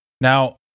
Now